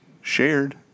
shared